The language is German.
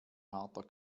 harter